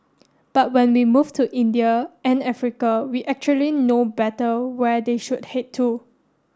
but when we move to India and Africa we actually know better where they should head to